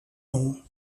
nom